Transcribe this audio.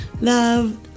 love